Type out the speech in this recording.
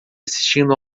assistindo